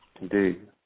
Indeed